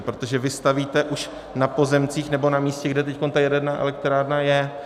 Protože vy stavíte už na pozemcích nebo na místě, kde teď ta jaderná elektrárna je.